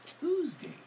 Tuesday